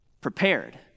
prepared